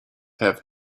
have